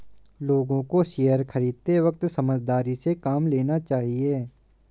लोगों को शेयर खरीदते वक्त समझदारी से काम लेना चाहिए